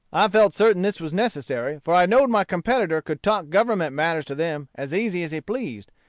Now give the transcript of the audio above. i felt certain this was necessary, for i know'd my competitor could talk government matters to them as easy as he pleased.